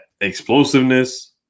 explosiveness –